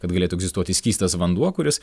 kad galėtų egzistuoti skystas vanduo kuris